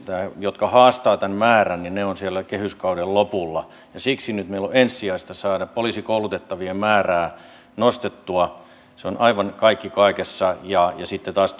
jotka haastavat tämän määrän ovat siellä kehyskauden lopulla siksi meillä on nyt ensisijaista saada poliisikoulutettavien määrää nostettua se on aivan kaikki kaikessa ja sitten taas